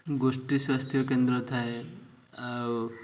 ଗୋଷ୍ଠୀ ସ୍ୱାସ୍ଥ୍ୟ କେନ୍ଦ୍ର ଥାଏ ଆଉ